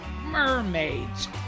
Mermaids